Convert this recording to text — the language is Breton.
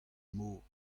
mor